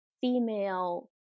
female